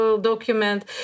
document